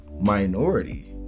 minority